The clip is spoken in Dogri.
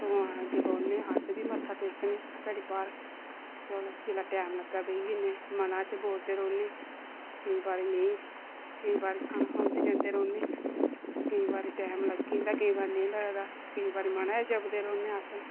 भगवान अग्गें बौह्न्ने आं अस बी मत्था टेकने घड़ी भर चलो जेल्लै टाइम लग्गै बेहियै जन्ने मैने च बोलदे रौह्न्ने केईं बारी नेईं केईं बारी हां औंदे जंदे रौहन्ने केईं बारी टाइम लग्गी जंदा केईं बारी नेईं लगदा केईं बारी मनै च जपदे रौहन्ने अस